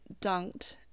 dunked